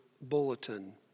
bulletin